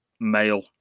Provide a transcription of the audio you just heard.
male